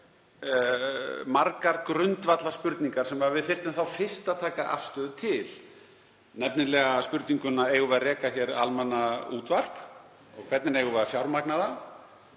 margar grundvallarspurningar sem við þyrftum fyrst að taka afstöðu til, nefnilega spurninguna: Eigum við að reka almannaútvarp og hvernig eigum við að fjármagna það?